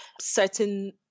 certain